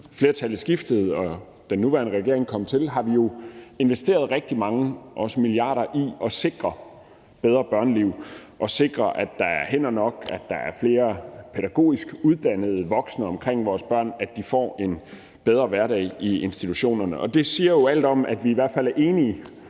flertallet skiftede og den nuværende regering kom til, har investeret rigtig mange, faktisk milliarder af kroner, i at sikre bedre børneliv og sikre, at der er hænder nok, at der er flere pædagogisk uddannede voksne omkring vores børn, og at de får en bedre hverdag i institutionerne. Og det siger jo alt om, at vi i hvert fald er enige